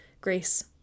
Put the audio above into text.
grace